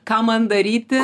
ką man daryti